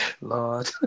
Lord